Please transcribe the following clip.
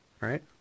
Right